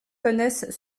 connaissent